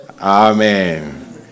Amen